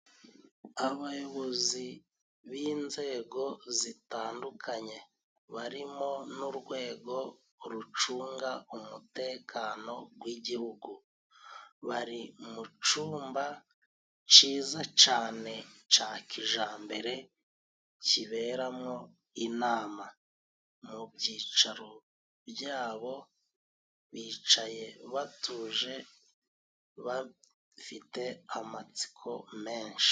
Abayobozi b'inzego zitandukanye barimo n'urwego rucunga umutekano gw'Igihugu, bari mu cumba ciza cane ca kijambere kiberamwo inama. Mu byicaro byabo bicaye batuje bafite amatsiko menshi.